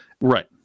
Right